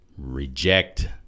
Reject